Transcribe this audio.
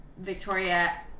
Victoria